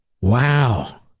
Wow